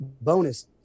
bonus